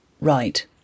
right